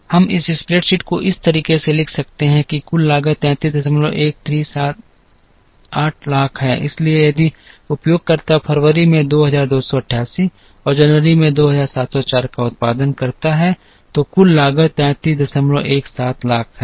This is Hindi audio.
हम इस स्प्रेडशीट को इस तरीके से लिख सकते हैं कि कुल लागत 331378 लाख है इसलिए यदि उपयोगकर्ता फरवरी में 2288 और जनवरी में 2704 का उत्पादन करता है तो कुल लागत 3317 लाख है